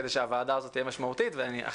ואחרי זה אני ארחיב בעוד כמה מילים.